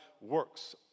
works